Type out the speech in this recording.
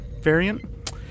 variant